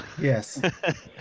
Yes